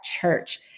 church